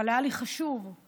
אבל היה לי חשוב שנראה,